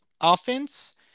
offense